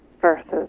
versus